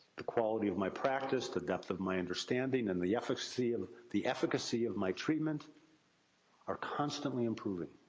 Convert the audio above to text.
the quality of my practice, the depth of my understanding, and the efficacy ah the efficacy of my treatment are constantly improving.